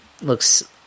looks